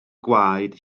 gwaed